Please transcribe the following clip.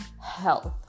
Health